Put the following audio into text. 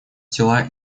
тела